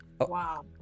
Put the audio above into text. Wow